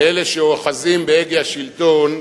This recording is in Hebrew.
לאלה שאוחזים בהגה השלטון,